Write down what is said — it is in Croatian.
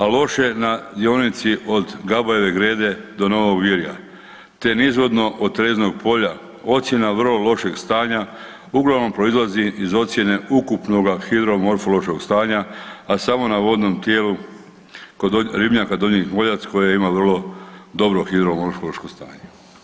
A loše na dionici od Gabajeve Grede do Novog Virja te nizvodno od Terezinog polja, ocjena vrlo lošeg stanja uglavnom proizlazi iz ocjene ukupno hidromorfološkog stanja a samo na vodnom tijelu kod ribnjaka Donji Miholjac koje ima vrlo dobro hidromorfološko stanje.